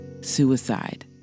suicide